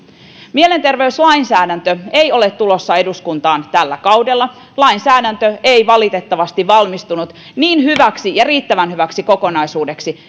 mielenterveyslainsäädäntö ei ole tulossa eduskuntaan tällä kaudella lainsäädäntö ei valitettavasti valmistunut niin hyväksi ja riittävän hyväksi kokonaisuudeksi